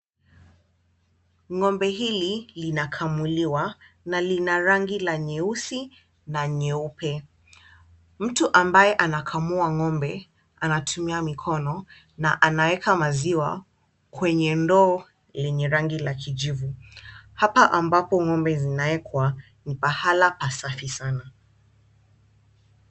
Ng'ombe hili linakamuliwa na lina rangi la nyeusi na nyeupe. Mtu ambaye anakamua ng'ombe anatumia mikono na anaweka maziwa kwenye ndoo lenye rangi la kijivu. Hapa ambapo ng'ombe zinawekwa, ni pahala pasafi sana.